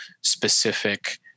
specific